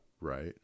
right